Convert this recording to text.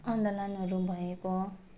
आन्दोलनहरू भएको